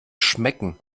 schmecken